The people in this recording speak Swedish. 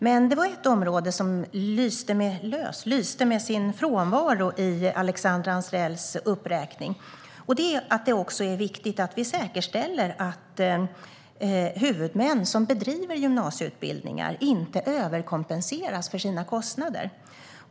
Men det var ett område som lyste med sin frånvaro i Alexandra Anstrells uppräkning, nämligen att det också är viktigt att vi säkerställer att huvudmän som bedriver gymnasieutbildningar inte överkompenseras för sina kostnader.